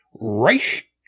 Reich